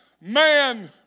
man